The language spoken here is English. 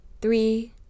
three